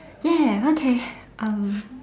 ya okay um